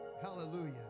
Hallelujah